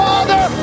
Father